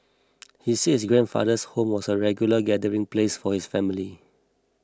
he said his grandfather's home was a regular gathering place for his family